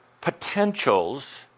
Potentials